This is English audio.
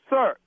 Sir